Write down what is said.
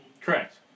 Correct